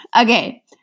Okay